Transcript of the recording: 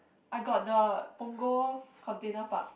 I got the Punggol container park